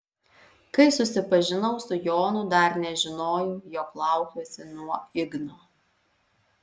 kai susipažinau su jonu dar nežinojau jog laukiuosi nuo igno